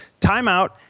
Timeout